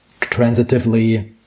transitively